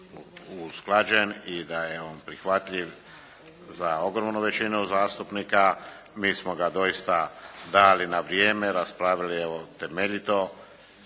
usklađen i da je on prihvatljiv za ogromnu većinu zastupnika, mi smo ga doista dali na vrijeme, raspravili temeljito